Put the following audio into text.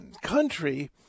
country